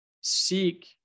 seek